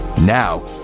Now